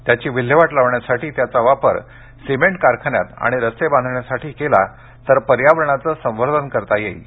त्याची विल्हेवाट लावण्यासाठी त्याचा वापर सिमेंट कारखान्यात आणि रस्ते बांधण्यासाठी केला तर पर्यावरणाचे संवर्धन करता येईल